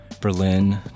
Berlin